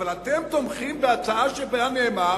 אבל אתם תומכים בהצעה שבה נאמר